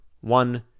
One